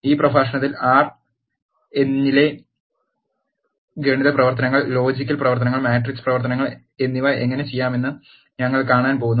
ഈ പ്രഭാഷണത്തിൽ ആർ എന്നിലെ ഗണിത പ്രവർത്തനങ്ങൾ ലോജിക്കൽ പ്രവർത്തനങ്ങൾ മാട്രിക്സ് പ്രവർത്തനങ്ങൾ എന്നിവ എങ്ങനെ ചെയ്യാമെന്ന് ഞങ്ങൾ കാണാൻ പോകുന്നു